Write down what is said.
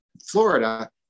Florida